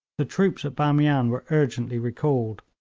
the troops at bamian were urgently recalled.